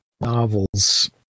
novels